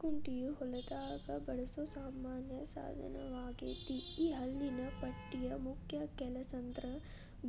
ಕುಂಟೆಯು ಹೊಲದಾಗ ಬಳಸೋ ಸಾಮಾನ್ಯ ಸಾದನವಗೇತಿ ಈ ಹಲ್ಲಿನ ಪಟ್ಟಿಯ ಮುಖ್ಯ ಕೆಲಸಂದ್ರ